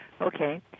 Okay